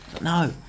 No